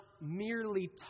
merely